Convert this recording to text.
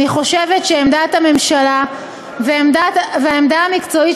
אני חושבת שעמדת הממשלה והעמדה המקצועית